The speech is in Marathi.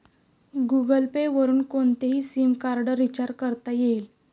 गुगलपे वरुन कोणतेही सिमकार्ड रिचार्ज करता येईल